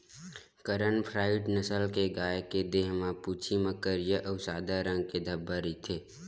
करन फ्राइ नसल के गाय के देहे म, पूछी म करिया अउ सादा रंग के धब्बा रहिथे